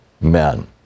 men